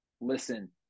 listen